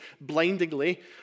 blindingly